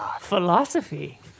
philosophy